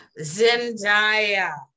Zendaya